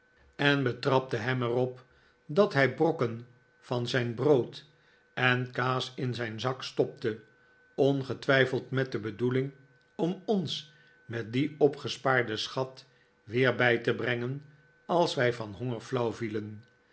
en betrapte hem mijnheer dick in ongerustheid er op dat hij brokken van zijn brood en kaas in zijn zak stopte ongetwijfeld met de bedoeling om ons met dien opgespaarden schat weer bij te brengen als wij van honger flauw vielen